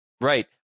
Right